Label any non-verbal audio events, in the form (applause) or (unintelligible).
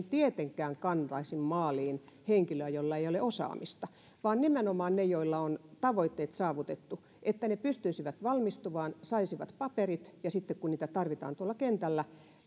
(unintelligible) tietenkään kantaisi maaliin henkilöä jolla ei ole osaamista vaan nimenomaan ne joilla on tavoitteet saavutettuna pystyisivät valmistumaan saisivat paperit ja sitten kun heitä tarvitaan tuolla kentällä